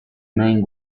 main